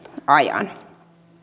ajan